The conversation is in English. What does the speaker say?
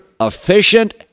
efficient